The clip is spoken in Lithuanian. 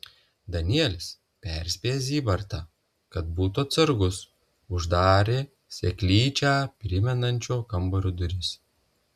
danielis perspėjęs zybartą kad būtų atsargus uždarė seklyčią primenančio kambario duris